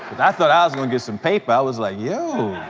i thought i was gonna get some paper. i was like, yo.